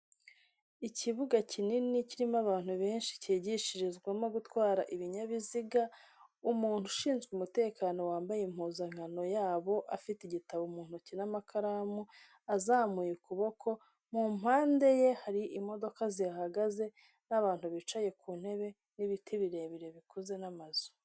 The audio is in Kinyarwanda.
Ikibuga kinini kirimo abantu benshi cyigishirizwamo gutwara ibinyabiziga, umuntu ushinzwe umutekano wambaye impuzankano yabo, afite igitabo mu ntoki n'amakaramu azamuye ukuboko, mu mpande ye hari imodoka zihahagaze n'abantu bicaye ku ntebe, n'ibiti birebire bikuze n'amazu.